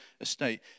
estate